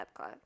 Epcot